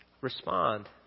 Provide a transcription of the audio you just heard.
respond